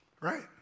right